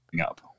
up